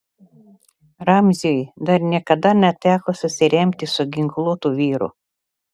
ramziui dar niekada neteko susiremti su ginkluotu vyru